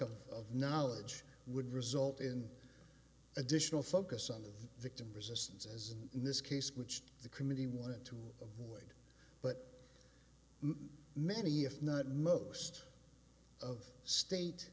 lack of knowledge would result in additional focus on the victim resistance as in this case which the committee wanted to but many if not most of state